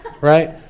right